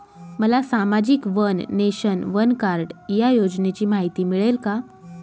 मला सामाजिक one nation, one card या योजनेची माहिती मिळेल का?